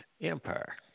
Empire